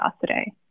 today